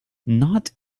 not